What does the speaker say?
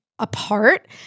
apart